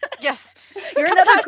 yes